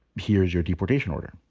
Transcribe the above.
here is your deportation order.